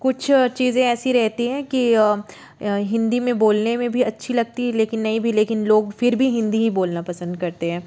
कुछ चीज़ें ऐसी रहती हैं कि हिन्दी में बोलने में भी अच्छी लगती है लेकिन नहीं भी लेकिन लोग फिर भी हिन्दी ही बोलना पसंद करते हैं